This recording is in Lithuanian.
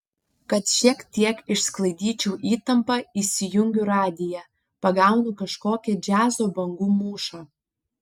kad šiek tiek išsklaidyčiau įtampą įsijungiu radiją pagaunu kažkokią džiazo bangų mūšą